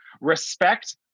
respect